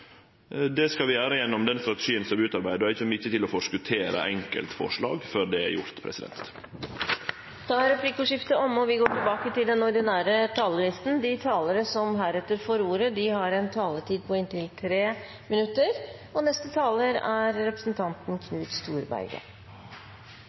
Det skal vi gjere gjennom den strategien som vert utarbeidd, og eg kjem ikkje til å forskottere enkeltforslag før det er gjort. Replikkordskiftet er omme. De talere som heretter får ordet, har en taletid på inntil 3 minutter.